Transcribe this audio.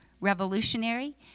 revolutionary